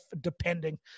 depending